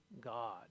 God